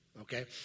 Okay